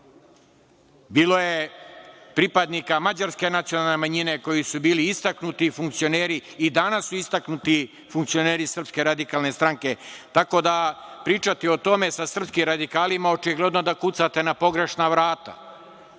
Bilo pripadnika mađarske nacionalne manjine koji su bili istaknuti funkcioneri i danas su istaknuti funkcioneri SRS, tako da pričati o tome sa srpskim radikalima očigledno da kucate na pogrešna vrata.